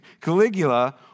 Caligula